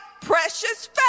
precious